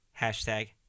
Hashtag